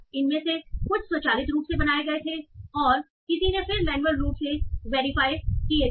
इनमें से कुछ स्वचालित रूप से बनाए गए थे और किसी ने फिर मैन्युअल रूप से वेरीफाई किए थे